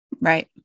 Right